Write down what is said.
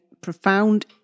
profound